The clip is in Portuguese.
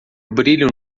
brilho